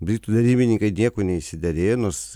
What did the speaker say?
britų derybininkai dėkui neišsiderėjo nors